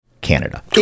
Canada